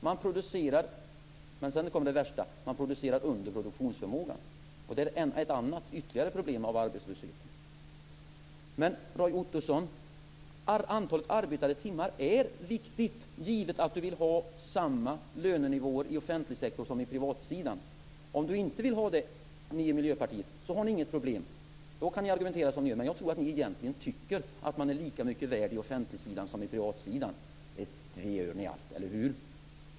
Man producerar - och sedan kommer det värsta - men man producerar under produktionsförmågan. Det är ytterligare ett problem på grund av arbetslösheten. Antalet arbetade timmar är viktigt, Roy Ottosson, givet att Roy Ottosson vill ha samma lönenivåer i offentlig sektor som på privatsidan! Om Roy Ottosson och ni i Miljöpartiet inte vill ha det har ni inget problem. Då kan ni argumentera som ni gör. Men jag tror att ni egentligen tycker att man är lika mycket värd på offentligsidan som på privatsidan. Det gör ni allt, eller hur?